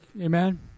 Amen